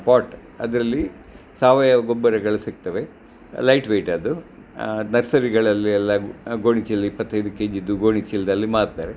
pot ಅದರಲ್ಲಿ ಸಾವಯವ ಗೊಬ್ಬರಗಳು ಸಿಗ್ತವೆ ಲೈಟ್ ವೇಟ್ ಅದು ನರ್ಸರಿಗಳಲ್ಲಿ ಎಲ್ಲ ಗೋಣಿಚೀಲ ಇಪ್ಪತ್ತೈದು ಕೆ ಜಿದು ಗೋಣಿಚೀಲದಲ್ಲಿ ಮಾರ್ತಾರೆ